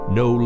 no